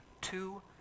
two